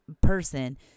person